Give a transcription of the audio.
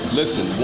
listen